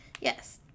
Yes